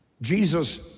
Jesus